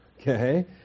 okay